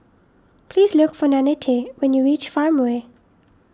please look for Nannette when you reach Farmway